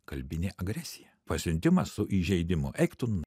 kalbinė agresija pasiuntimas su įžeidimu eik tu